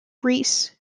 reese